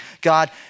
God